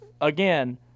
again